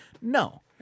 No